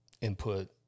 input